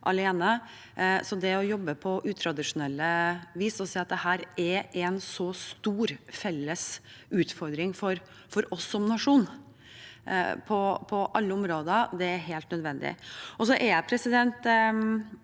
alene, så å jobbe på utradisjonelt vis og si at dette er en stor felles utfordring for oss som nasjon på alle områder, er helt nødvendig. Jeg er bekymret